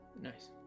Nice